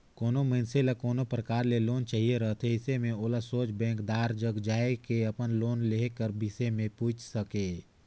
कोनो मइनसे ल कोनो परकार ले लोन चाहिए रहथे अइसे में ओला सोझ बेंकदार जग जाए के अपन लोन लेहे कर बिसे में पूइछ सके